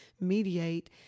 mediate